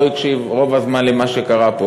לא הקשיב רוב הזמן למה שקרה פה,